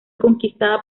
conquistada